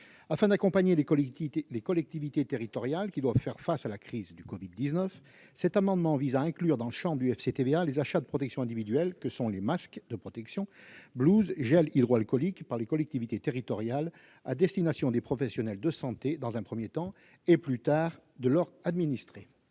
Afin d'accompagner les collectivités territoriales qui doivent faire face à la crise du Covid-19, cet amendement vise à inclure dans le champ du FCTVA les achats de protections individuelles telles que les masques, blouses, gels hydroalcooliques par les collectivités territoriales à destination des professionnels de santé dans un premier temps et, plus tard, de leurs administrés.